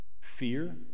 fear